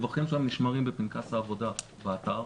הדיווחים שלהם נשמרים בפנקס העבודה באתר.